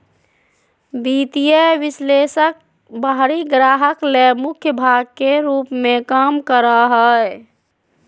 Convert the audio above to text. वित्तीय विश्लेषक बाहरी ग्राहक ले मुख्य भाग के रूप में काम करा हइ